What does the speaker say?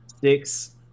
six